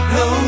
no